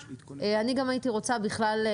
אני חושב שזה גם יקל לקבל החלטות, אם בכלל.